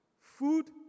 Food